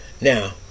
Now